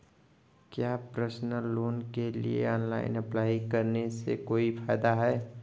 क्या personal loan के लिए ऑनलाइन अप्लाई करने से कोई फायदा है?